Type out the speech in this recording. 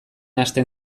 hasten